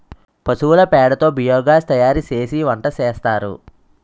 పశువుల పేడ తో బియోగాస్ తయారుసేసి వంటసేస్తారు